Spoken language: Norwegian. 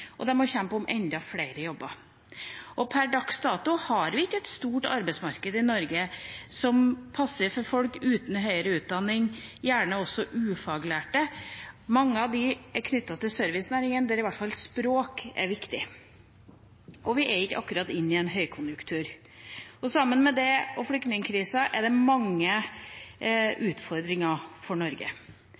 og de må kjempe om enda flere jobber. Per dags dato har vi ikke et stort arbeidsmarked i Norge som passer for folk uten høyere utdanning, gjerne også ufaglærte. Mange av dem er knyttet til servicenæringene, der i hvert fall språk er viktig. Og vi er ikke akkurat inne i en høykonjunktur. Dette, sammen med flyktningkrisen, gir mange utfordringer for Norge.